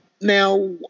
Now